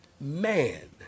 man